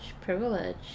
privilege